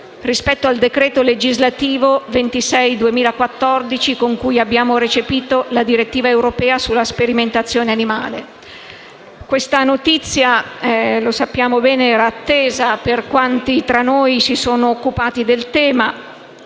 rispetto al decreto legislativo n. 26 del 2014 con cui abbiamo recepito la direttiva europea sulla sperimentazione animale. Questa notizia era attesa da quanti tra noi si sono occupati del tema.